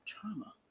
trauma